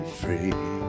free